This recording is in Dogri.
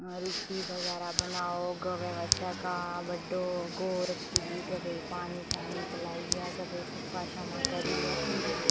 रुट्टी बगेरा बनाओ गवै आस्तै घा बड्ढो गौ रक्खी दी गवै गी पानी शानी पिलाइयै गवै गी धुप्पा छावां करियै फ्ही जाओ